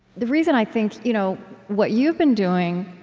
the reason i think you know what you've been doing,